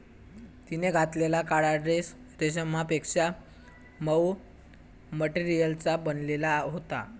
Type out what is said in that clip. तिने घातलेला काळा ड्रेस रेशमापेक्षा मऊ मटेरियलचा बनलेला होता